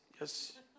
Yes